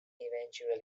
eventually